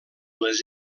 les